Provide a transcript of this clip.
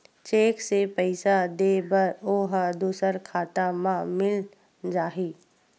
Cheque से पईसा दे बर ओहा दुसर खाता म मिल जाही?